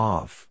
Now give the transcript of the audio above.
Off